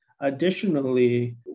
Additionally